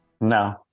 No